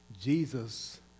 Jesus